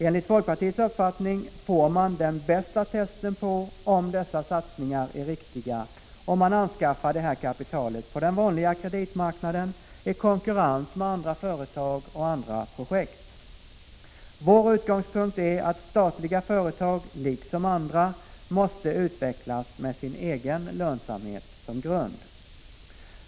Enligt folkpartiets uppfattning får man den bästa testen på om dessa satsningar är riktiga om man anskaffar detta kapital på den vanliga kreditmarknaden, i konkurrens med andra företag och andra projekt. Vår utgångspunkt är att statliga företag liksom andra måste utvecklas med sin egen lönsamhet som grund.